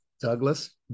Douglas